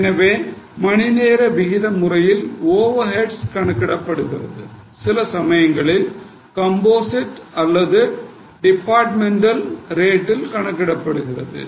எனவே மணிநேர விகித முறையில் ஓவர் ஹேட்ஸ் கணக்கிடப்படுகிறது சில சமயங்களில் கம்போசிட் அல்லது டிபார்ட்மென்டல் ரேட்டில் கணக்கிடப்படுகிறது